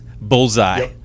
bullseye